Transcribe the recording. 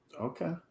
Okay